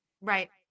Right